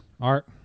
Art